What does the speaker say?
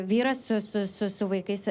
vyras su su su su vaikais